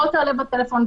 תעלה בטלפון,